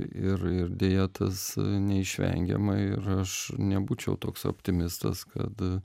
ir ir deja tas neišvengiama ir aš nebūčiau toks optimistas kad